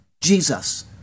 Jesus